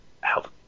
help